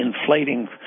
inflating